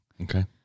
Okay